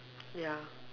ya